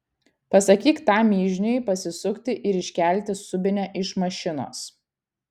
pasakyk tam mižniui pasisukti ir iškelti subinę iš mašinos